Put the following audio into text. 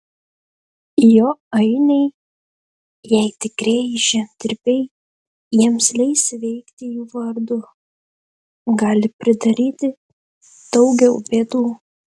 jo ainiai jei tikrieji žemdirbiai jiems leis veikti jų vardu gali pridaryti daugiau bėdų